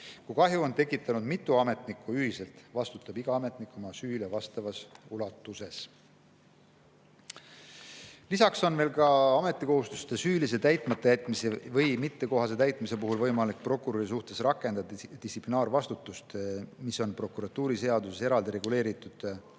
Kui kahju on tekitanud mitu ametnikku ühiselt, vastutab iga ametnik oma süüle vastavas ulatuses. Lisaks on veel ametikohustuste süülise täitmata jätmise või mittekohase täitmise puhul võimalik prokuröri suhtes rakendada distsiplinaarvastutust, mis on prokuratuuriseaduses eraldi reguleeritud §-des